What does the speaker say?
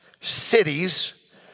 cities